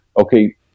Okay